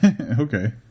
okay